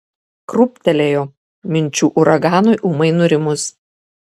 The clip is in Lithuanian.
krūptelėjo minčių uraganui ūmai nurimus